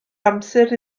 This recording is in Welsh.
amser